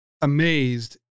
amazed